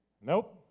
Nope